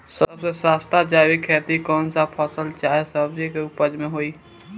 सबसे सस्ता जैविक खेती कौन सा फसल चाहे सब्जी के उपज मे होई?